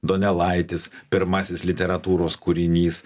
donelaitis pirmasis literatūros kūrinys